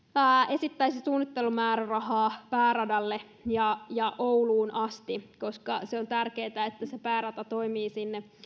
esittäisi suunnittelumäärärahaa pääradalle ja ja ouluun asti koska on tärkeää että päärata toimii sinne